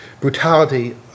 brutality